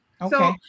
Okay